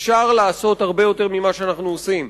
אפשר לעשות הרבה יותר ממה שאנחנו עושים.